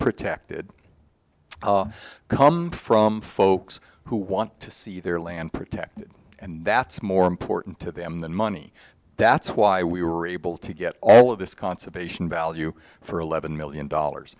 protected come from folks who want to see their land protected and that's more important to them than money that's why we were able to get all of this conservation value for eleven million dollars